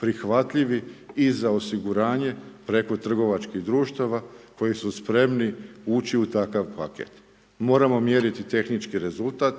prihvatljivi i za osiguranje preko trgovačkih društava koji su spremni ući u takav paket. Moramo mjeriti tehnički rezultat,